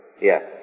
Yes